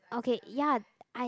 okay ya I